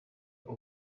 ubwo